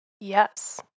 Yes